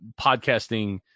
podcasting